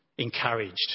Encouraged